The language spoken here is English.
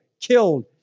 killed